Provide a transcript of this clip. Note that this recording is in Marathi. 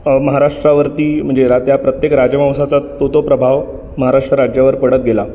महाराष्ट्रावरती म्हणजे राज्या प्रत्येक राजवंशाचा तो तो प्रभाव महाराष्ट्र राज्यावर पडत गेला